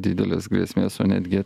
didelės grėsmės o netgi